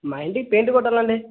మా ఇంటికి పెయింట్ కొట్టాలండి